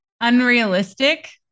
Unrealistic